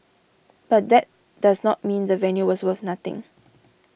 but that does not mean the venue was worth nothing